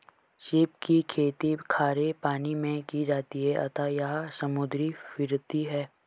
सीप की खेती खारे पानी मैं की जाती है अतः यह समुद्री फिरती है